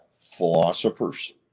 philosophers